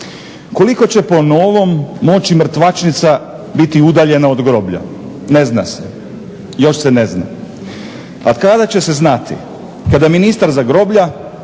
Koliko će po novom moći mrtvačnica biti udaljena od groblja? Ne zna se, još se ne zna. A kada će se znati? Kada ministar za groblja,